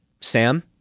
Sam